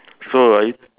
so right